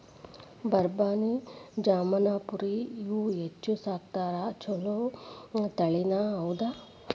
ಬರಬಾನಿ, ಜಮನಾಪುರಿ ಇವ ಹೆಚ್ಚ ಸಾಕತಾರ ಚುಲೊ ತಳಿನಿ ಹೌದ